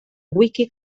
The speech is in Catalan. wiki